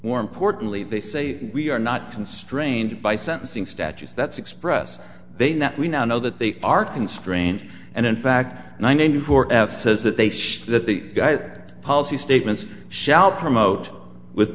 more importantly they say we are not constrained by sentencing statutes that's expressed then that we now know that they are constrained and in fact ninety four of says that they that the guy that policy statements shall promote with